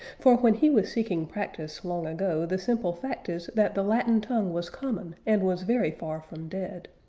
for when he was seeking practice long ago the simple fact is that the latin tongue was common and was very far from dead.